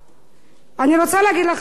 אני רוצה להגיד לך, אדוני היושב-ראש,